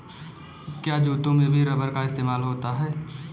क्या जूतों में भी रबर का इस्तेमाल होता है?